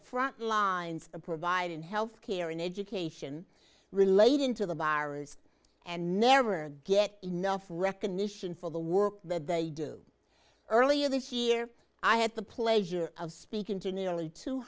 front lines of providing health care and education related to the virus and never get enough recognition for the work that they do earlier this year i had the pleasure of speaking to nearly two